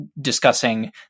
discussing